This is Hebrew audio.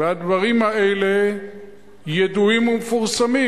הדברים האלה ידועים ומפורסמים.